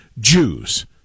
jews